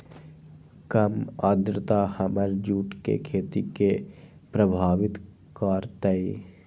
कम आद्रता हमर जुट के खेती के प्रभावित कारतै?